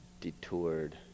detoured